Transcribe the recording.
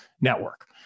Network